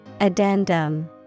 Addendum